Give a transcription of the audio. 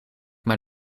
maar